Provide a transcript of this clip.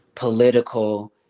political